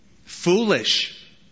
Foolish